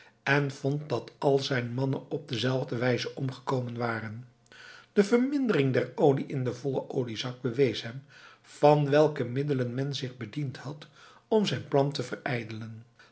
en vond dat al zijn mannen op dezelfde wijze omgekomen waren de vermindering der olie in den vollen oliezak bewees hem van welke middelen men zich bediend had om zijn plan